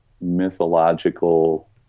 mythological